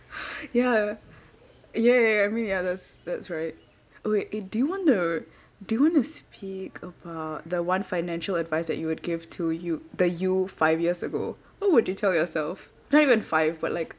ya ya ya ya I mean ya that's that's right wait eh do you want to do you want to speak about the one financial advice that you would give to you the you five years ago what would you tell yourself not even five but like